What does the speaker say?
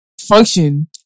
function